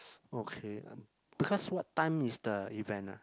okay because what time is the event ah